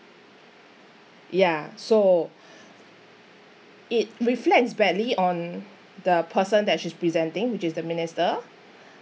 ya so it reflects badly on the person that she's presenting which is the minister